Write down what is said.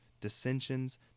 dissensions